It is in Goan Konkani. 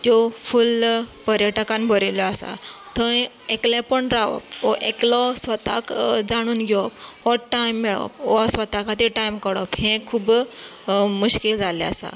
त्यो फूल्ल पर्यटकान भरिल्ल्यो आसा थंय एकलेपण रावप वो एकलो स्वताक जाणून घेवप ओ टायम मेळप ऑ स्वता खातीर टायम काडप हें खूब्ब मुश्कील जाल्लें आसा